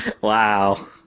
Wow